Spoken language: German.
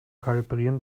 kalibrieren